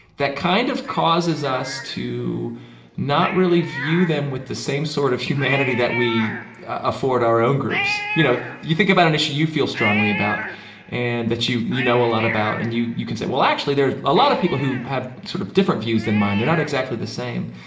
that kind of causes us to not really view them with the same sort of humanity that we afford our own groups. you know, you think about an issue that you feel strongly about and that you you know a lot about and you you can say, well, actually, there are a lot of people who have sort of different views than mine. they're not exactly the same,